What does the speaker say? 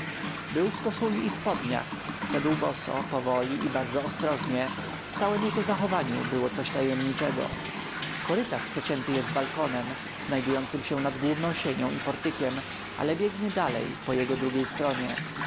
był w koszuli i spodniach szedł boso powoli i bardzo ostrożnie w całem jego zachowaniu było coś tajemniczego korytarz przecięty jest balkonem znajdującym się nad główną sienią i portykiem ale biegnie dalej po jego drugiej stronie